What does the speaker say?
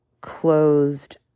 closed